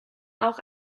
auch